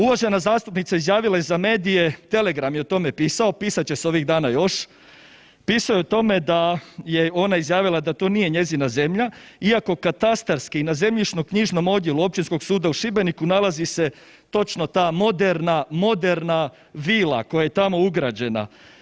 Uvažena zastupnica izjavila je za medije, Telegram je o tome pisao, pisat će ovih dana još, pisao je o tome da je ona izjavila da to nije njezina zemlja iako katastarski na zemljišno-knjižnom odjelu Općinskog suda u Šibeniku nalazi se točno ta moderna vila koja je tamo ugrađena.